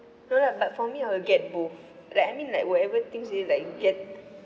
no lah but for me I will get both like I mean like whatever things you like get